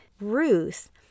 Ruth